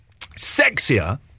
sexier